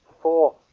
four